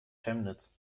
chemnitz